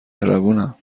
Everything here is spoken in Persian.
مهربونم